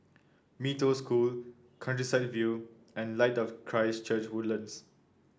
Mee Toh School Countryside View and Light of Christ Church Woodlands